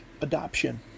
adoption